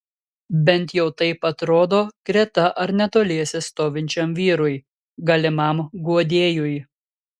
bent jau taip atrodo greta ar netoliese stovinčiam vyrui galimam guodėjui